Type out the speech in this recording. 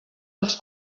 els